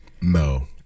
No